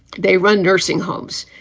they run nursing homes.